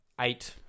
eight